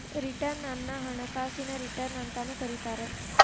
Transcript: return ಅನ್ನ ಹಣಕಾಸಿನ return ಅಂತಾನೂ ಕರಿತಾರ